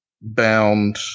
bound